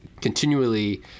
continually